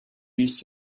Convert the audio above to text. used